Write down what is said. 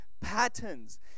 patterns